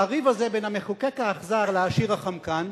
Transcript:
בין המחוקק האכזר לעשיר החמקן?